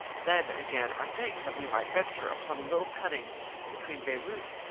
then, again, i think that we might venture upon a little cutting between beirut,